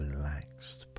Relaxed